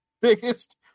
Biggest